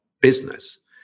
business